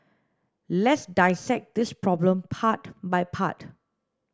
let's dissect this problem part by part